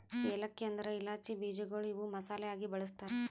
ಏಲಕ್ಕಿ ಅಂದುರ್ ಇಲಾಚಿ ಬೀಜಗೊಳ್ ಇವು ಮಸಾಲೆ ಆಗಿ ಬಳ್ಸತಾರ್